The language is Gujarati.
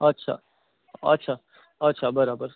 અચ્છા અચ્છા અચ્છા બરાબર